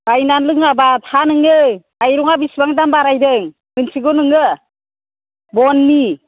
बायनानै लोङाब्ला था नोङो माइरङा बिसिबां दाम बारायदों मिन्थिगौ नोङो बननि